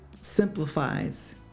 simplifies